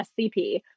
SCP